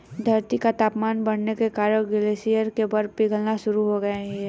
धरती का तापमान बढ़ने के कारण ग्लेशियर से बर्फ पिघलना शुरू हो गयी है